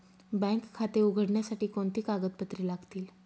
Bank खाते उघडण्यासाठी कोणती कागदपत्रे लागतील?